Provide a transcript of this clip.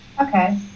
Okay